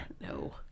No